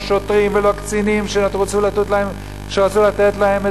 לא שוטרים ולא קצינים שרצו לתת להם את